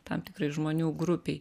tam tikrai žmonių grupei